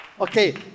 Okay